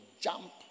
jump